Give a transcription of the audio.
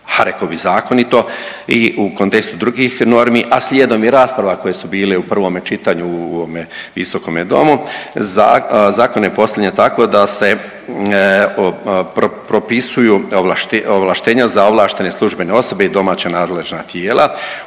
rekao bi zakonito, i u kontekstu drugih normi, a slijedom i rasprava koje su bile u prvome čitanju u ovome Visokome domu, Zakon je postavljen tako da se propisuju ovlaštenja za ovlaštenje službene osobe i domaća nadležna tijela